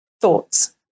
thoughts